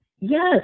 Yes